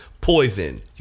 poison